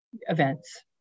events